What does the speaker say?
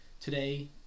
today